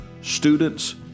students